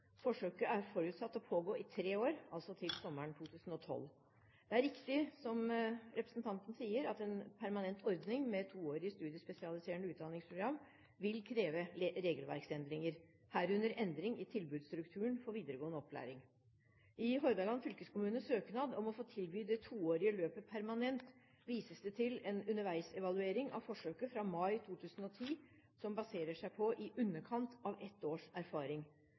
Forsøket er forutsatt å pågå i tre år, altså til sommeren 2012. Det er riktig, som representanten sier, at en permanent ordning med toårig studiespesialiserende utdanningsprogram vil kreve regelverksendringer, herunder endring i tilbudsstrukturen for videregående opplæring. I Hordaland fylkeskommunes søknad om å få tilby det toårige løpet permanent vises det til en underveisevaluering av forsøket fra mai 2010, som baserer seg på i underkant av ett års erfaring.